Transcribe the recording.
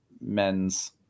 men's